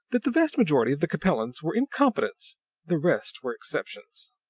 that the vast majority of the capellans were incompetents the rest were exceptions.